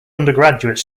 undergraduate